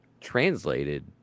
translated